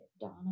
Donna